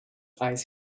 eyes